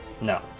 No